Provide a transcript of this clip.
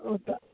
ऊ त